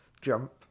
jump